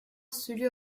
celui